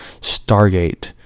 Stargate